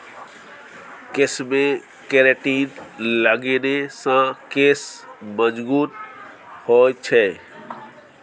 केशमे केरेटिन लगेने सँ केश मजगूत होए छै